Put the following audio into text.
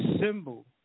symbol